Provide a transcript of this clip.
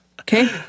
okay